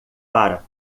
para